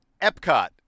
Epcot